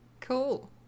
Cool